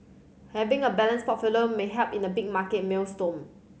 having a balanced portfolio may help in a big market maelstrom